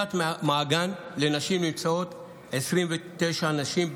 במקלט מעגן לנשים נמצאות 29 נשים,